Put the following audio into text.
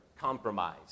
compromise